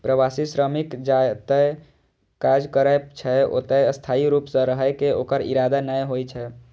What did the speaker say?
प्रवासी श्रमिक जतय काज करै छै, ओतय स्थायी रूप सं रहै के ओकर इरादा नै होइ छै